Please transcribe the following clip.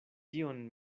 tion